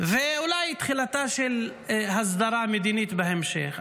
ואולי תחילתה של הסדרה מדינית בהמשך.